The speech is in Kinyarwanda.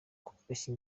koroshya